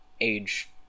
age